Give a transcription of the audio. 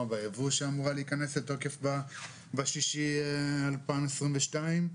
בייבוא שאמורה להיכנס לתוקף ביוני 2022,